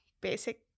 basic